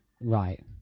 Right